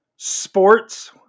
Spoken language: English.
Sports